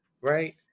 Right